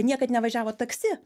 niekad nevažiavo taksi